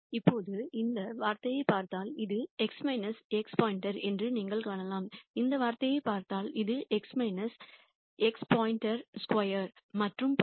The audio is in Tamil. இப்போது இந்த வார்த்தையைப் பார்த்தால் இது x x என்று நீங்கள் காணலாம் இந்த வார்த்தையைப் பார்த்தால் இது x x சதுரம் மற்றும் பல